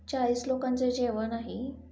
चाळीस लोकांचं जेवण आहे